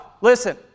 listen